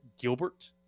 Gilbert